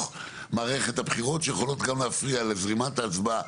מערכת הבחירות שיכולות גם להפריע לזרימת ההצעה,